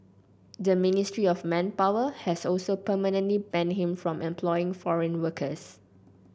the Ministry of Manpower has also permanently banned him from employing foreign workers